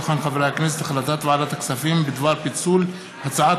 החלטת ועדת הכספים בדבר פיצול הצעת